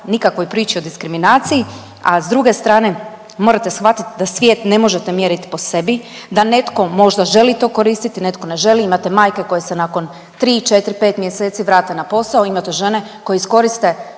nikakvoj priči o diskriminaciji, a s druge strane morate shvatit da svijet ne možete mjerit po sebi, da netko možda želi to koristiti, netko ne želi. Imate majke koje se nakon 3, 4, 5 mjeseci vrate na posao, imate žene koje iskoriste